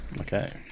Okay